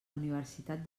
universitat